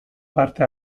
parte